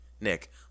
Nick